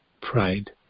Pride